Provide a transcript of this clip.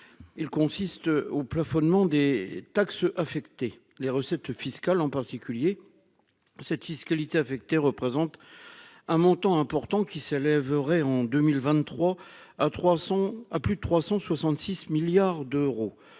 il consiste au plafonnement des taxes affectées les recettes fiscales en particulier cette fiscalité affectée représente un montant important qui s'élèverait en 2023 à 3 sont à plus de 366 milliards d'euros